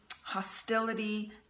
hostility